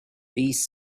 these